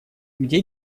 где